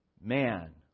man